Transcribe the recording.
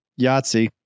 Yahtzee